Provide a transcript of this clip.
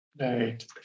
Right